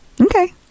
Okay